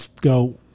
go